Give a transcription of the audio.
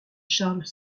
charles